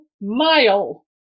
mile